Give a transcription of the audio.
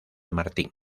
martín